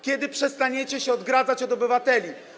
Kiedy przestaniecie się odgradzać od obywateli?